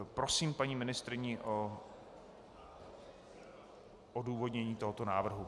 Prosím paní ministryni o odůvodnění tohoto návrhu.